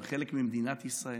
הם חלק ממדינת ישראל,